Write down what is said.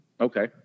Okay